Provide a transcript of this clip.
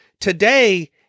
Today